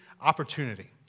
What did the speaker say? opportunity